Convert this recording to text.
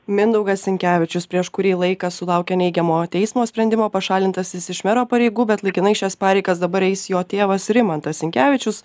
mindaugas sinkevičius prieš kurį laiką sulaukė neigiamo teismo sprendimo pašalintas jis iš mero pareigų bet laikinai šias pareigas dabar eis jo tėvas rimantas sinkevičius